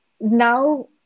now